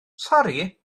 sori